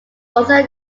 also